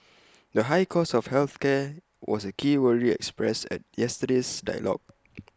the high cost of health care was A key worry expressed at yesterday's dialogue